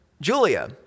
Julia